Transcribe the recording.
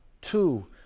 two